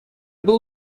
было